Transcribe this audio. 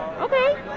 Okay